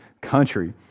country